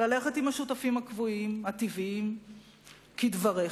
ללכת עם השותפים הקבועים, הטבעיים כדבריך,